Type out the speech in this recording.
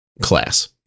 class